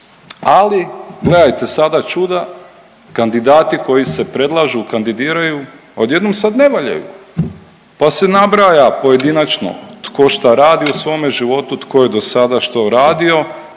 ali gledajte sada čuda, kandidati koji se predlažu, kandidiraju, odjednom sad ne valjaju pa se nabraja pojedinačno tko šta radi u svome životu, tko je do sada što radio